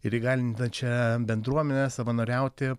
ir įgalinančią bendruomenę savanoriauti